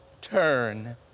turn